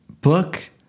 book